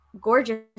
gorgeous